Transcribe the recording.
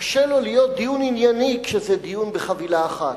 קשה לו להיות דיון ענייני כשזה דיון בחבילה אחת.